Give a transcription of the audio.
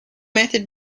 method